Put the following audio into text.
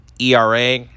ERA